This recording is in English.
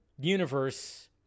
universe